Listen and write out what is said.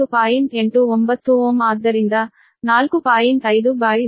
89 Ω ಆದ್ದರಿಂದ 4